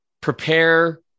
prepare